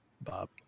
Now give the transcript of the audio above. Bob